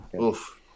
Oof